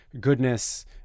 goodness